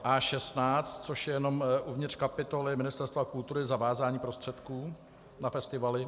A16, což je jenom uvnitř kapitoly Ministerstva kultury zavázání prostředků na festivaly.